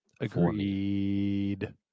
Agreed